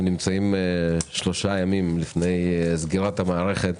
נמצאים שלושה ימים לפני סגירת המערכת,